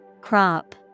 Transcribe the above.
Crop